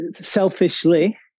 selfishly